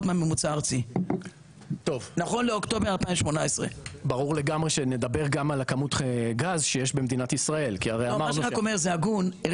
מהממוצע הארצי נכון לאוקטובר 2018. זה הגון?